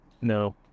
No